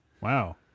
Wow